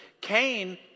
Cain